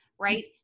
right